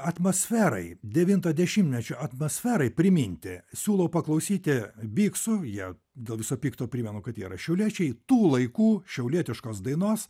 atmosferai devinto dešimtmečio atmosferai priminti siūlau paklausyti biksų jie dėl viso pikto primenu kad yra šiauliečiai tų laikų šiaulietiškos dainos